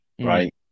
Right